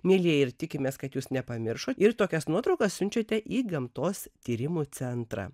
mielieji ir tikimės kad jūs nepamiršot ir tokias nuotraukas siunčiate į gamtos tyrimų centrą